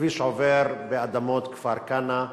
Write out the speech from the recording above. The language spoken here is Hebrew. הכביש עובר באדמות כפר-כנא,